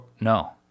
No